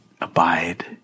abide